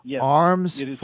arms